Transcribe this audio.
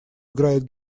играет